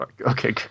Okay